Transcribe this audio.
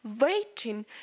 waiting